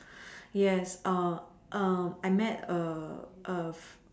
yes err um I met a a f~